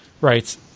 Right